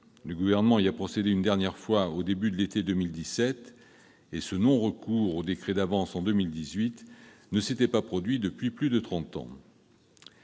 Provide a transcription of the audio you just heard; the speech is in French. Le Gouvernement y a procédé une dernière fois au début de l'été 2017, et ce non-recours aux décrets d'avance en 2018 ne s'était pas produit depuis plus de trente